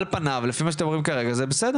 על פניו, לפי מה שאתם אומרים כרגע, זה בסדר